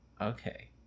Okay